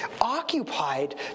occupied